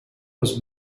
was